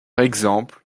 exemple